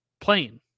plain